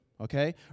Okay